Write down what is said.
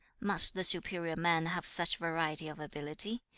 must the superior man have such variety of ability?